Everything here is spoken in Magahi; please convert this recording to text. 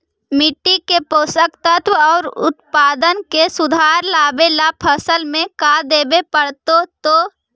मिट्टी के पोषक तत्त्व और उत्पादन में सुधार लावे ला फसल में का देबे पड़तै तै?